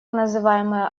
называемая